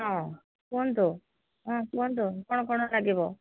ହଁ କୁହନ୍ତୁ ହଁ କୁହନ୍ତୁ କ'ଣ କ'ଣ ଲାଗିବ